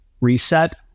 reset